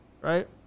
right